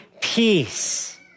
peace